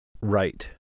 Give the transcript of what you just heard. right